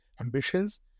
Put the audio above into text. ambitions